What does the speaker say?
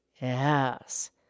Yes